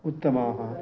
उत्तमाः